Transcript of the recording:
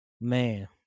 man